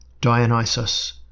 Dionysus